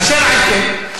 אשר על כן,